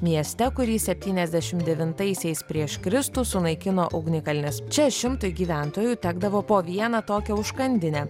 mieste kurį septyniasdešim devintaisiais prieš kristų sunaikino ugnikalnis čia šimtui gyventojų tekdavo po vieną tokią užkandinę